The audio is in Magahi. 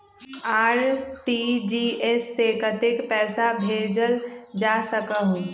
आर.टी.जी.एस से कतेक पैसा भेजल जा सकहु???